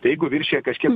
tai jeigu viršija kažkiek